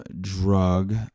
drug